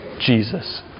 Jesus